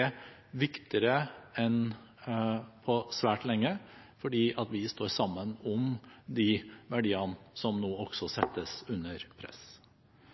er viktigere enn på svært lenge fordi vi står sammen om de verdiene som nå